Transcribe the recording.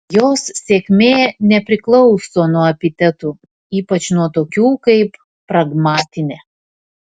jos sėkmė nepriklauso nuo epitetų ypač nuo tokių kaip pragmatinė